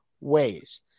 ways